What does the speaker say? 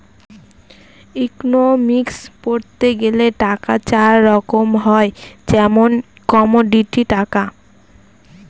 economics পড়তে গেলে টাকা চার রকম হয় যেমন কমোডিটি টাকা